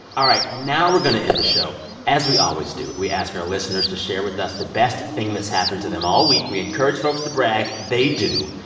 all right. now we're going to end the show as we always do. we ask our listeners to share with us the best thing that's happened to them all week. we encourage folks to brag. they do.